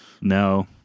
No